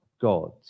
God